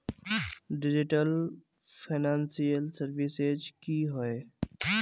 Digital financial services की होय?